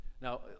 Now